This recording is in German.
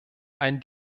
ein